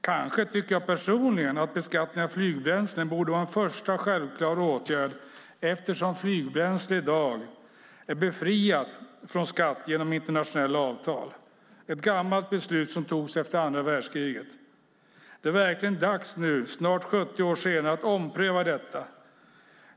Jag tycker kanske personligen att beskattning av flygbränsle borde vara en första självklar åtgärd, eftersom flygbränsle i dag är befriat från skatt genom internationella avtal. Det är ett gammalt beslut som fattades efter andra världskriget. Det är verkligen dags nu, snart 70 år senare, att ompröva detta.